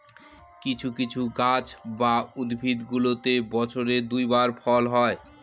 কিছু কিছু গাছ বা উদ্ভিদগুলোতে বছরে দুই বার ফল হয়